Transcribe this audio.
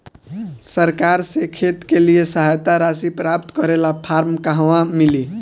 सरकार से खेत के लिए सहायता राशि प्राप्त करे ला फार्म कहवा मिली?